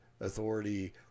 authority